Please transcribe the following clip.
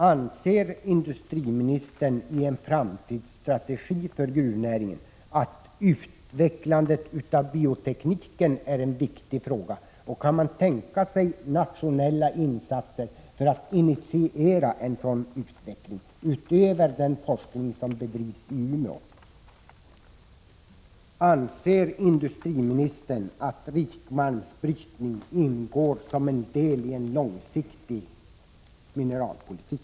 Anser industriministern, när det gäller framtidsstrategin för gruvnäringen, att utvecklandet, av biotekniken är en viktig fråga, och kan regeringen tänka sig nationella insatser för att initiera en utveckling utöver den forskning som bedrivs i Umeå? Anser industriministern att rikmalmsbrytning ingår som en del i en långsiktig mineralpolitik?